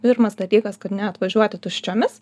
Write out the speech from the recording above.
pirmas dalykas kad neatvažiuoti tuščiomis